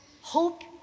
hope